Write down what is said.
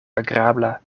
agrabla